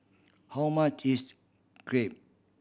how much is Crepe